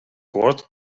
cord